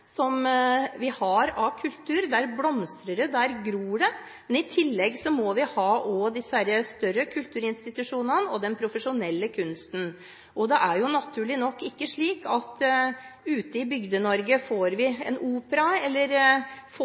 har når det gjelder kultur. Der blomstrer det, der gror det. I tillegg må vi også ha de større kulturinstitusjonene og den profesjonelle kunsten. Det er naturlig nok ikke slik at vi ute i Bygde-Norge får en opera eller